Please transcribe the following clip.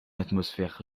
atmosphère